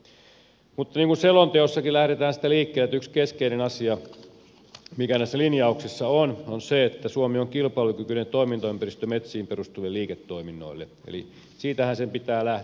niin kuin selonteossakin lähdetään siitä liikkeelle että yksi keskeinen asia mikä näissä linjauksissa on on se että suomi on kilpailukykyinen toimintaympäristö metsiin perustuville liiketoiminnoille eli siitähän sen pitää lähteä